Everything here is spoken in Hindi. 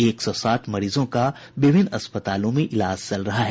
एक सौ सात मरीजों का विभिन्न अस्पतालों में इलाज चल रहा है